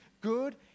good